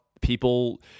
people